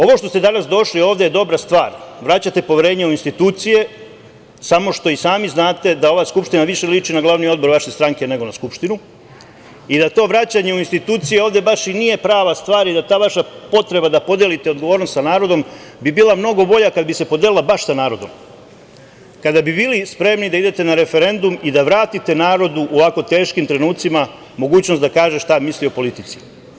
Ovo što ste došli ovde je dobra stvar, vraćate poverenje u institucije, samo što i sami znate da ova Skupština više liči na glavni odbor vaše stranke nego na Skupštinu i da to vraćanje u institucije ovde baš i nije prava stvar i da ta vaša potreba da podelite odgovornost sa narodom bi bila mnogo bolja kada bi se podelila baš sa narodom, kada bi bili spremni da idete na referendum i da vratite narodu u ovako teškim trenucima mogućnost da kaže šta misli o politici.